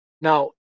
now